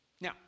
now